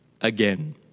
again